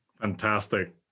Fantastic